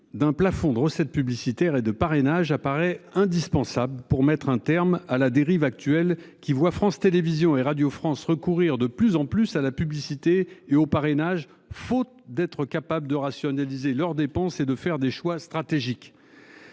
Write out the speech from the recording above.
d'un plafond de recettes publicitaires et de parrainage apparaît indispensable pour mettre un terme à la dérive actuelle qui voit, France Télévisions et Radio France recourir de plus en plus à la publicité et au parrainage, faute d'être capable de rationaliser leurs dépenses et de faire des choix stratégiques.